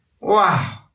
Wow